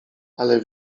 ale